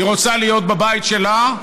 היא רוצה להיות בבית שלה,